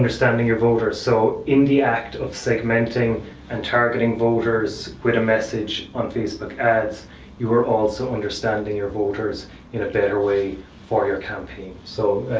understanding your voters, so in the act of segmenting and targeting voters with a message on facebook ads you are also understanding your voters in a better way for your campaign. so,